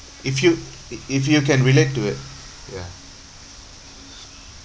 if you i~ if you can relate to it ya